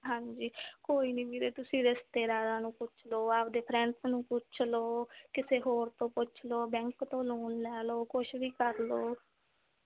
ਹਾਂਜੀ ਕੋਈ ਨਾ ਵੀਰੇ ਤੁਸੀਂ ਰਿਸ਼ਤੇਦਾਰਾਂ ਨੂੰ ਪੁੱਛ ਲਓ ਆਪਦੇ ਫਰੈਂਡਸ ਨੂੰ ਪੁੱਛ ਲਓ ਕਿਸੇ ਹੋਰ ਤੋਂ ਪੁੱਛ ਲਓ ਬੈਂਕ ਤੋਂ ਲੋਨ ਲੈ ਲਓ ਕੁਛ ਵੀ ਕਰ ਲਓ